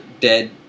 dead